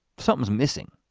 something's missing.